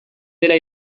dela